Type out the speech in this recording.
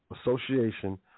Association